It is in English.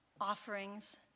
offerings